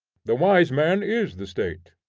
the wise man is the state.